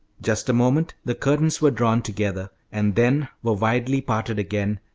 just a moment the curtains were drawn together, and then were widely parted again,